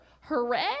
hooray